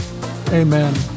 amen